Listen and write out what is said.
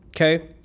okay